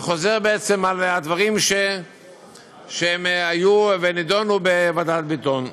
וחוזר, בעצם, על הדברים שהיו ונדונו בוועדת ביטון.